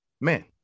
Man